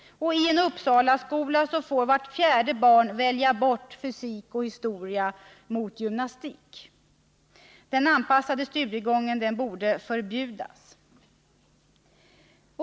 I en Uppsalaskola får vart fjärde barn välja bort fysik och historia mot gymnastik. Den anpassade studiegången borde förbjudas.